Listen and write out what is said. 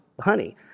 honey